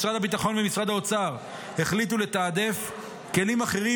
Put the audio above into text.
משרד הביטחון ומשרד האוצר החליטו לתעדף כלים אחרים